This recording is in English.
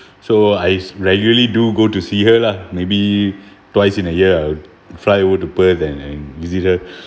so I regularly do go to see her lah maybe twice in a year I would fly over to perth and and visit her